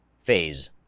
phase